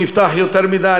גפני.